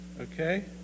okay